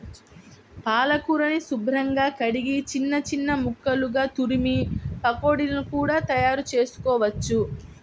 పాలకూరని శుభ్రంగా కడిగి చిన్న చిన్న ముక్కలుగా తురిమి పకోడీలను కూడా తయారుచేసుకోవచ్చు